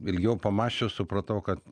ilgiau pamąsčius supratau kad